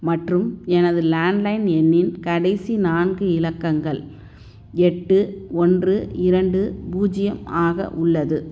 மற்றும் எனது லேண்ட்லைன் எண்ணின் கடைசி நான்கு இலக்கங்கள் எட்டு ஒன்று இரண்டு பூஜ்ஜியம் ஆக உள்ளது